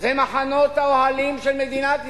זה מחנות האוהלים של מדינת ישראל.